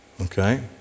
Okay